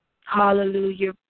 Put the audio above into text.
Hallelujah